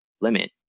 limit